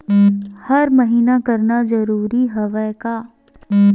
हर महीना करना जरूरी हवय का?